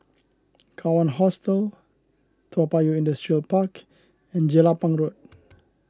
Kawan Hostel Toa Payoh Industrial Park and Jelapang Road